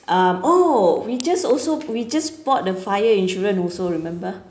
um oh we just also we just bought the fire insurance also remember